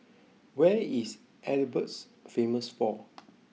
where is Edinburghs famous for